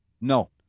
No